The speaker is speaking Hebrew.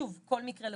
שוב כל מקרה לגופו,